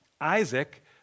Isaac